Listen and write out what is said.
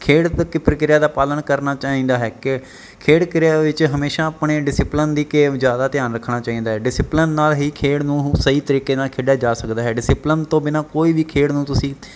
ਖੇਡ ਪ ਪ੍ਰਕਿਰਿਆ ਦਾ ਪਾਲਣ ਕਰਨਾ ਚਾਹੀਦਾ ਹੈ ਕਿ ਖੇਡ ਕਿਰਿਆ ਵਿੱਚ ਹਮੇਸ਼ਾ ਆਪਣੇ ਡਿਸਿਪਲਨ ਦੇ ਜ਼ਿਆਦਾ ਧਿਆਨ ਰੱਖਣਾ ਚਾਹੀਦਾ ਡਿਸਿਪਲਨ ਨਾਲ ਹੀ ਖੇਡ ਨੂੰ ਸਹੀ ਤਰੀਕੇ ਨਾਲ ਖੇਡਿਆ ਜਾ ਸਕਦਾ ਹੈ ਡਸਿਪਲਨ ਤੋਂ ਬਿਨਾ ਕੋਈ ਵੀ ਖੇਡ ਨੂੰ ਤੁਸੀਂ